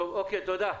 תודה.